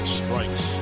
strikes